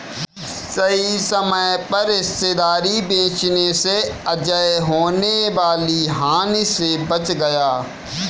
सही समय पर हिस्सेदारी बेचने से अजय होने वाली हानि से बच गया